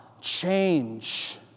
change